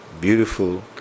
beautiful